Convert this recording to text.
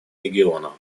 региона